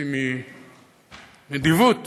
סקסי מנדיבות.